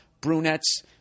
brunettes